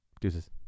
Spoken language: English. deuces